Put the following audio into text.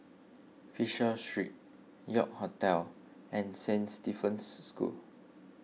Fisher Street York Hotel and Saint Stephen's School